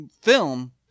film